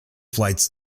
flights